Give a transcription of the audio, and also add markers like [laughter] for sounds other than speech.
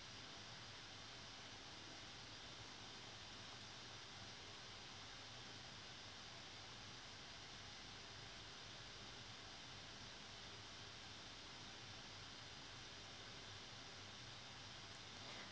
[breath]